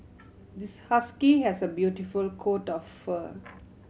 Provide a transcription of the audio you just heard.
this husky has a beautiful coat of fur